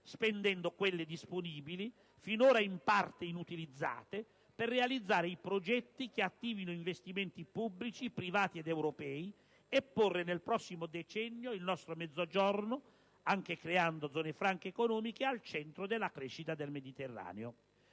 spendendo quelle disponibili, finora in parte inutilizzate, per realizzare i progetti che attivino investimenti pubblici, privati ed europei e porre nel prossimo decennio il nostro Mezzogiorno - anche creando zone franche economiche - al centro della crescita del Mediterraneo.